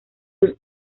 sus